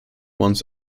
ones